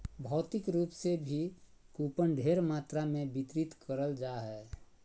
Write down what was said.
भौतिक रूप से भी कूपन ढेर मात्रा मे वितरित करल जा हय